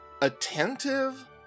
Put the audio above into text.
attentive